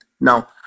Now